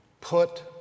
put